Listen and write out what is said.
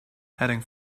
heading